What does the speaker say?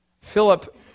Philip